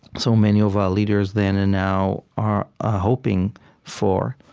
so many of our leaders, then and now, are hoping for.